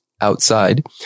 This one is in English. outside